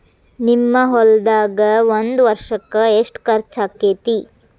ನಿಮ್ಮ ಹೊಲ್ದಾಗ ಒಂದ್ ವರ್ಷಕ್ಕ ಎಷ್ಟ ಖರ್ಚ್ ಆಕ್ಕೆತಿ?